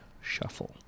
shuffle